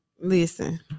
listen